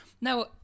Now